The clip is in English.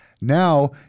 Now